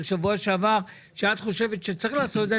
שבוע שעבר שאת חושבת שצריך לעשות את זה,